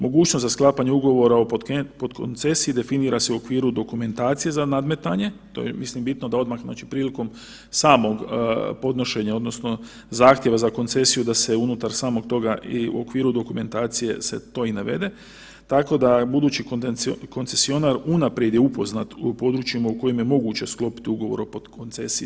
Mogućnost za sklapanje ugovora o podkoncesiji definira se u okviru dokumentacije za nadmetanje, to je mislim, bitno da odmah znači prilikom samog podnošenja, odnosno zahtjeva za koncesiju da se unutar samog toga i u okviru dokumentacije se to i navede, tako da budući koncesionar unaprijed je upoznat u područje u kojem je moguće sklopiti ugovor o podkoncesiji.